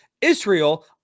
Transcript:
Israel